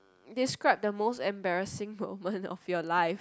describe the most embarrassing moment of your life